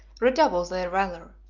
redouble their valor,